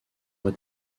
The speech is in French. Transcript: mois